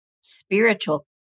spiritual